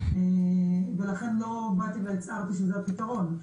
ולכן לא באתי והצהרתי שזה הפתרון,